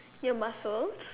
new muscles